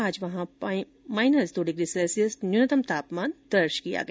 आज वहां माइनस दो डिग्री सैल्सियस न्यूनंतम तापमान दर्ज किया गया